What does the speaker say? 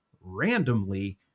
randomly